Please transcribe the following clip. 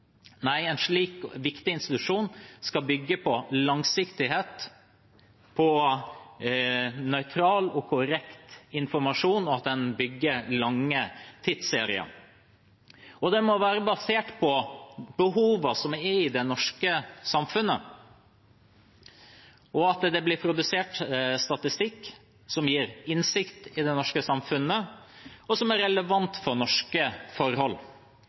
Nei, en slik viktig institusjon skal bygge på langsiktighet, på nøytral og korrekt informasjon og på at en bygger lange tidsserier. Den må være basert på behovene i det norske samfunnet, at det blir produsert statistikk som gir innsikt i det norske samfunnet, og som er relevant for norske forhold.